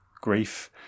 grief